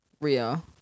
Real